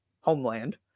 homeland